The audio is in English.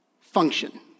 function